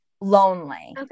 lonely